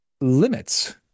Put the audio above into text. limits